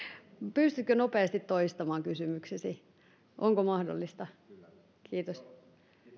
pystytkö nopeasti toistamaan kysymyksesi onko mahdollista kiitos kiitos